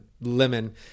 lemon